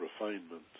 refinement